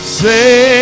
say